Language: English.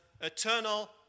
eternal